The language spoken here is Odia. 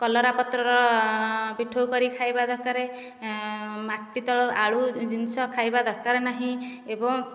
କଲରା ପତ୍ରର ପିଠଉ କରି ଖାଇବା ଦରକାର ମାଟି ତଳ ଆଳୁ ଜିନିଷ ଖାଇବା ଦରକାର ନାହିଁ ଏବଂ